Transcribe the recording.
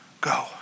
Go